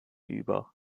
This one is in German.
über